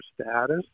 status